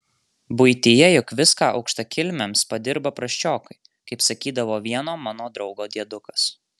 buityje juk viską aukštakilmiams padirba prasčiokai kaip sakydavo vieno mano draugo diedukas